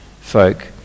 folk